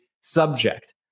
subject